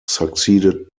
succeeded